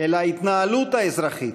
אל ההתנהלות האזרחית,